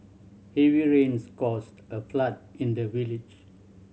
heavy rains caused a flood in the village